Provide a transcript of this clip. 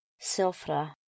Silfra